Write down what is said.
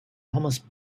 almost